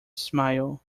smile